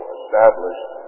established